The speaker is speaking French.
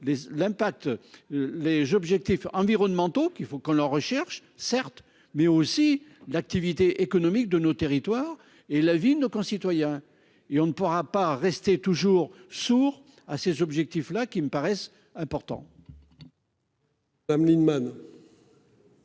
l'impact. Les objectifs environnementaux qu'il faut qu'on recherche certes, mais aussi l'activité économique de nos territoires et la vie nos concitoyens et on ne pourra pas rester toujours sourd à ces objectifs là qui me paraissent importants.